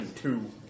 two